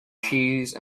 cheese